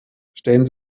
stellen